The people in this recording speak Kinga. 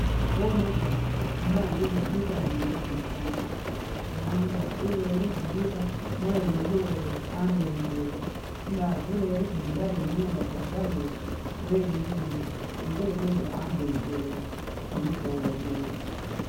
Kunu ukwani tukumwandi nditamile sivi sana. Ndomaana imbaka ilelwi iji ndita, mwalimi unguluve ambikile, imbak ilelo iji ndibadili imwenda kyakubadila, lweri umungu unguluve uju ambikile, ndilipu ujule.